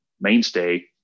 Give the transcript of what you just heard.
mainstay